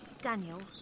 Daniel